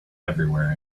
everywhere